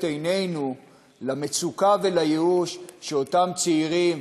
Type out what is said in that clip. עינינו למצוקה ולייאוש שאותם צעירים,